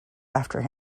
after